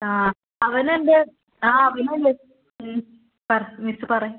ആ അവൻ എന്താ ആ പിന്നെ ഇല്ലേ ആ മിസ് പറയ്